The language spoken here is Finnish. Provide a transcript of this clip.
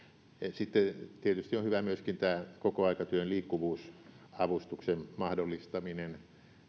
tietysti on hyvä myöskin tämä kokoaikatyön liikkuvuusavustuksen mahdollistaminen